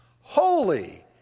holy